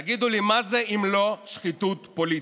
תגידו לי מה זה אם לא שחיתות פוליטית,